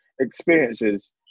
experiences